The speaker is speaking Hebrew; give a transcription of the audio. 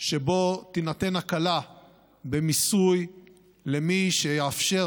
שבו תינתן הקלה במיסוי למי שיאפשר